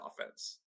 offense